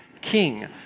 King